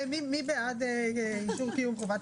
אנחנו עוד לא נצביע על החוק הזה,